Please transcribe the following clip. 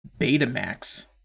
Betamax